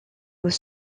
aux